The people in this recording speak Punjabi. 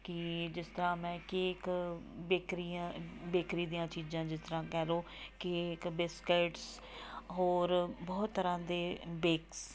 ਕਿ ਜਿਸ ਤਰ੍ਹਾਂ ਮੈਂ ਕੇਕ ਬੇਕਰੀਆਂ ਬੇਕਰੀ ਦੀਆਂ ਚੀਜ਼ਾਂ ਜਿਸ ਤਰ੍ਹਾਂ ਕਹਿ ਲਉ ਕਿ ਇੱਕ ਬਿਸਕਿਟਸ ਹੋਰ ਬਹੁਤ ਤਰ੍ਹਾਂ ਦੇ ਬੇਕਸ